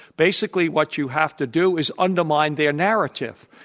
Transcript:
basically, what you have to do is undermine their narrative.